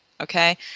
okay